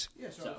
Yes